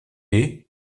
est